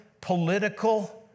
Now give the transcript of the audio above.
political